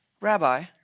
Rabbi